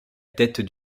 tête